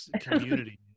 community